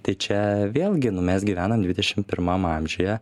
tai čia vėlgi nu mes gyvenam dvidešim pirmam amžiuje